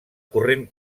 corrent